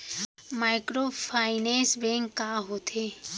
Microfinance bank का होथे?